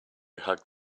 hugged